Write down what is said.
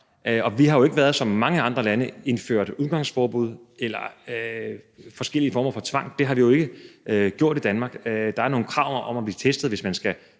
lande indført udgangsforbud eller forskellige former for tvang; det har vi jo ikke gjort i Danmark. Der er nogle krav om at blive testet, hvis man skal